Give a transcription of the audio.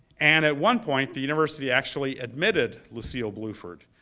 and at one point, the university actually admitted lucille bluford.